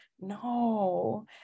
no